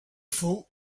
fou